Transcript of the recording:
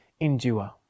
endure